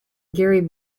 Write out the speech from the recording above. gary